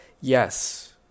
yes